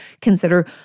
consider